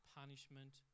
punishment